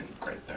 great